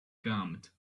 calmed